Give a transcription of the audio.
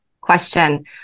question